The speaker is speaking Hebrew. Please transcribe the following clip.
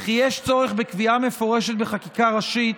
וכי יש צורך בקביעה מפורשת בחקיקה ראשית